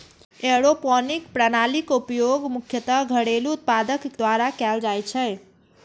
aeroponic प्रणालीक उपयोग मुख्यतः घरेलू उत्पादक द्वारा कैल जाइ छै